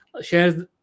shares